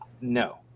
no